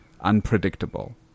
unpredictable